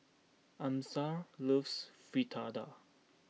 Amasa loves Fritada